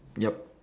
yup